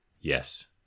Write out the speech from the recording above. Yes